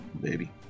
Baby